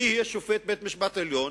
מי יהיה שופט בית-המשפט העליון,